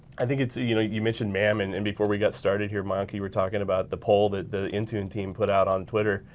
i think it's a, you know, you mentioned mam, and and before we got started here mayunk, you were talking about the poll that the intune team put out on twitter.